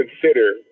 consider